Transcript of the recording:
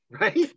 Right